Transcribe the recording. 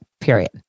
period